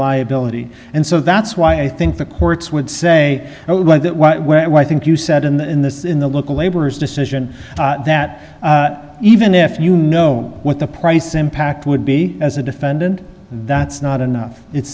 liability and so that's why i think the courts would say oh well that was where i think you said in the in this in the local laborers decision that even if you know what the price impact would be as a defendant that's not enough it's